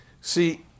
See